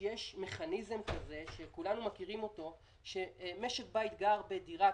ובין המדינה באופן כללי הוא כל כך גדול,